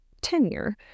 tenure